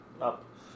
up